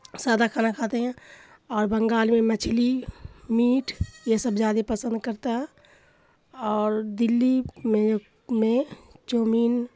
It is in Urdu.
سادہ کھانا کھاتے ہیں اور بنگال میں مچھلی میٹ یہ سب زیادہ پسند کرتا ہے اور دلّی میں میں چومین